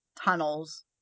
tunnels